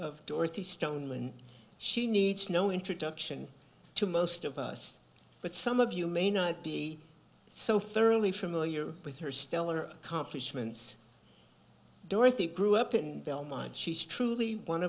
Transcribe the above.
of dorothy stone when she needs no introduction to most of us but some of you may not be so thoroughly familiar with her stellar accomplishments dorothy grew up in belmont she's truly one